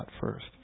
first